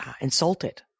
insulted